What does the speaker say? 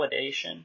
validation